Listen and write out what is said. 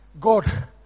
God